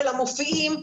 של המופיעים,